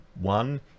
one